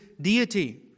deity